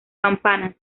campanas